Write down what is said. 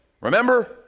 Remember